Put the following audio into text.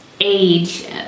age